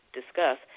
discuss